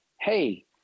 hey